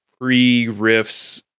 pre-riffs